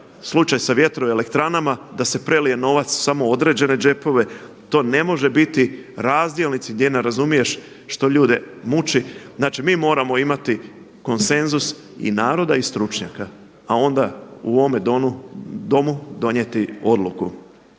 slučaj sa vjetroelektranama da se prelije novac samo u određene džepove. To ne može biti razdjelnici gdje ne razumiješ što ljude muči. Znači mi moramo imati konsenzus i naroda i stručnjaka, a onda u ovome Domu donijeti odluku.